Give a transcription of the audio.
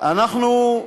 אנחנו,